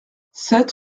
sept